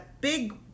big